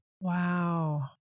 Wow